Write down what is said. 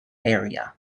area